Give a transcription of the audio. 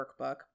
Workbook